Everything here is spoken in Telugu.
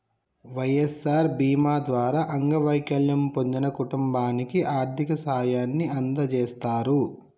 వై.ఎస్.ఆర్ బీమా ద్వారా అంగవైకల్యం పొందిన కుటుంబానికి ఆర్థిక సాయాన్ని అందజేస్తారు